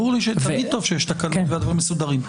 תמיד טוב שיש תקנות והדברים מסודרים.